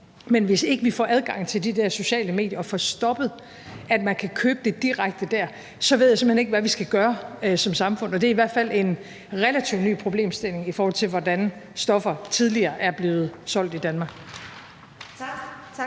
Men hvis ikke vi får adgang til de der sociale medier og får stoppet, at man kan købe det direkte dér, ved jeg simpelt hen ikke, hvad vi skal gøre som samfund. Det er i hvert fald en relativt ny problemstilling i forhold til, hvordan stoffer tidligere er blevet solgt i Danmark.